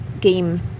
game